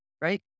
right